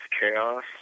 chaos